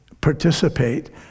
participate